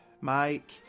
Mike